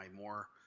more